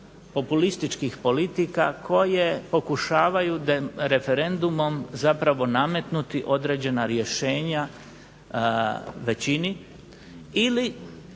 populističkih politika, koje pokušavaju referendumom zapravo nametnuti određena rješenja većini, ili